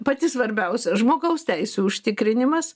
pati svarbiausia žmogaus teisių užtikrinimas